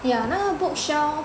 yeah 那个 bookshelf